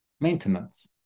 maintenance